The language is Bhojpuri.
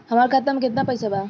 हमार खाता में केतना पैसा बा?